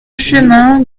chemin